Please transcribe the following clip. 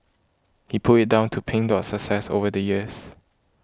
he put it down to Pink Dot's success over the years